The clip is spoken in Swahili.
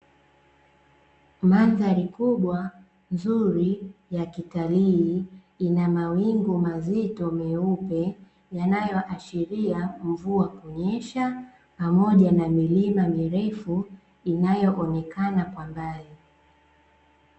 Mandhari kubwa nzuri ya kitalii inamawingu mazito meupe yanayoashiria mvua kunyesha, pamoja na milima mirefu inayoonekana kwa mbali.